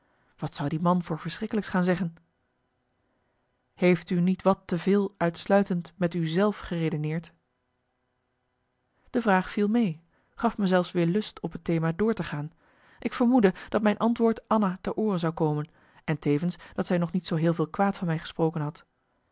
wat zou die man voor verschrikkelijks gaan zeggen heeft u niet wat te veel uitsluitend met u zelf geredeneerd de vraag viel mee gaf me zelfs weer lust op het thema door te gaan ik vermoedde dat mijn antmarcellus emants een nagelaten bekentenis woord anna ter oore zou komen en tevens dat zij nog niet zoo heel veel kwaad van mij gesproken had